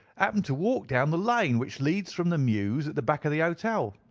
happened to walk down the lane which leads from the mews at the back of the hotel.